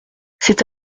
c’est